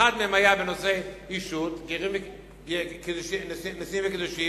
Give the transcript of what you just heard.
אחד מהם היה אישות, נישואין וגירושין,